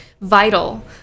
vital